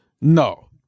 No